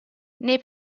nei